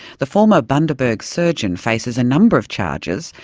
the former bundaberg surgeon faces a number of charges,